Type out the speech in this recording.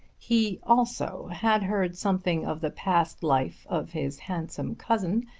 he also had heard something of the past life of his handsome cousin,